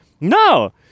No